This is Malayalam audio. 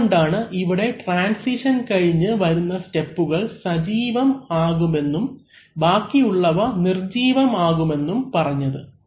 അതുകൊണ്ടാണ് ഇവിടെ ട്രാൻസിഷൻ കഴിഞ്ഞ് വരുന്ന സ്റ്റെപ്കൾ സജീവം ആകുമെന്നും ബാക്കിയുള്ളവ നിർജീവം ആകുമെന്നും പറഞ്ഞത്